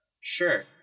sure